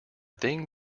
thing